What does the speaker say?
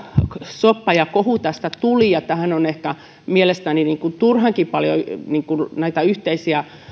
soppa ja kohu tästä tuli niin tähän on mielestäni ehkä turhankin paljon yhteisiä